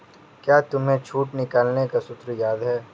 क्या तुम्हें छूट निकालने का सूत्र याद है?